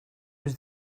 does